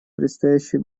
предстоящие